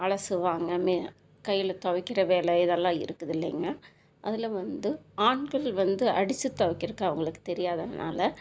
அலசுவாங்கன்னு கையில் துவைக்குற வேலை இதெல்லாம் இருக்குது இல்லையிங்க அதில் வந்து ஆண்கள் வந்து அடிச்சு துவைக்குறதுக்கு அவங்களுக்கு தெரியாததுனால்